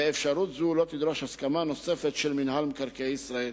ואפשרות זו לא תדרוש הסכמה נוספת של מינהל מקרקעי ישראל.